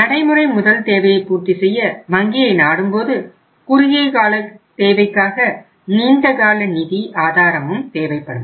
நடைமுறை முதல் தேவையை பூர்த்தி செய்ய வங்கியை நாடும்போது குறுகிய காலத் தேவைக்காக நீண்ட கால நிதி ஆதாரமும் தேவைப்படும்